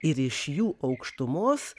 ir iš jų aukštumos